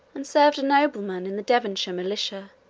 and served a nobleman in the devonshire militia,